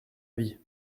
avis